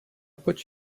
put